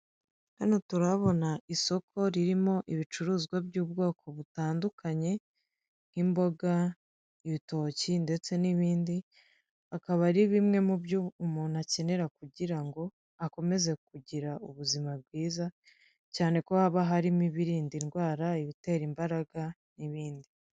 Hano turabona isoko ririmo ibicuruzwa by'ubwoko butandukanye nk'imboga, ibitoki ndetse n'ibindi. Akaba ari bimwe mu byo umuntu akenera kugira ngo akomeze kugira ubuzima bwiza, cyane ko haba harimo ibirinda indwara, ibitera imbaraga n'ibindi.